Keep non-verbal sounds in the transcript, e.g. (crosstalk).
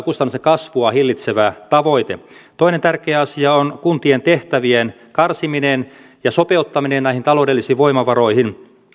(unintelligible) kustannusten kasvua hillitsevä tavoite toinen tärkeä asia on kuntien tehtävien karsiminen ja sopeuttaminen näihin taloudellisiin voimavaroihin